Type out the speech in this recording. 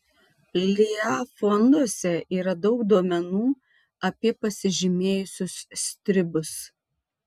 lya fonduose yra daug duomenų apie pasižymėjusius stribus